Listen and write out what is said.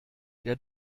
der